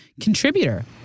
contributor